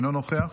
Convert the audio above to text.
אינו נוכח,